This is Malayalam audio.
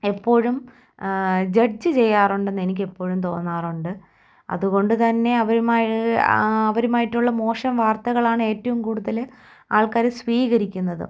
എപ്പോഴും ജഡ്ജ് ചെയ്യാറുണ്ടെന്നെനിക്ക് എപ്പോഴും തോന്നാറുണ്ട് അതു കൊണ്ടുതന്നെ അവരുമായി അവരുമായിട്ടുള്ള മോശം വാർത്തകളാണ് ഏറ്റവും കൂടുതൽ ആൾക്കാർ സ്വീകരിക്കുന്നതും